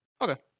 Okay